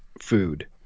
food